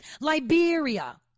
Liberia